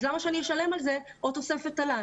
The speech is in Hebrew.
אז למה שאני אשלם על זה עוד תוספת תל"ן.